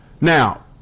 Now